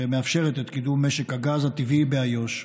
שמאפשרת את קידום משק הגז הטבעי באיו"ש.